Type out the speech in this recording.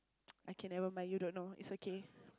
okay nevermind you don't know it's okay